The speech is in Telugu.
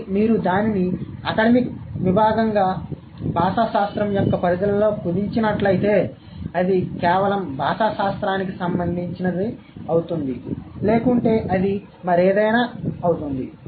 కానీ మీరు దానిని అకడమిక్ విభాగంగా భాషాశాస్త్రం యొక్క పరిధిలో కుదించినట్లయితే అది కేవలం భాషాశాస్త్రానికి సంబంధించినది అవుతుంది లేకుంటే అది మరేదైనా కావచ్చు